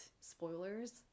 spoilers